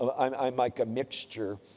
um i'm i'm like a mixture,